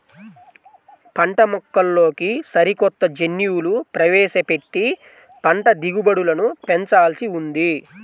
పంటమొక్కల్లోకి సరికొత్త జన్యువులు ప్రవేశపెట్టి పంట దిగుబడులను పెంచాల్సి ఉంది